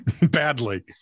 Badly